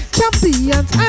Champions